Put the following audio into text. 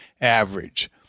average